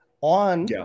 on